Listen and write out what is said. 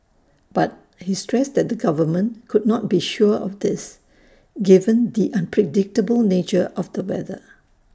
but he stressed that the government could not be sure of this given the unpredictable nature of the weather